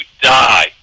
die